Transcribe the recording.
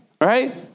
right